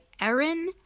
Erin